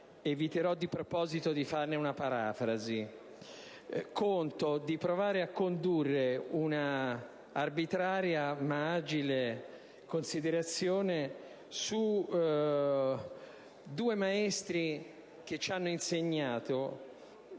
eviterò di proposito di farne una parafrasi. Conto di provare a condurre un'arbitraria ma agile considerazione su due maestri che hanno potuto